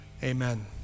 Amen